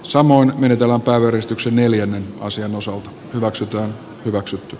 samoin menetellään päivällistyksen eli ennen asian osalta hyväksytään hyväksi